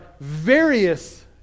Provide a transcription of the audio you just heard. various